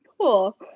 Cool